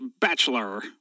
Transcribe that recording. bachelor